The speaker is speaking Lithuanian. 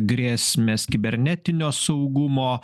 grėsmės kibernetinio saugumo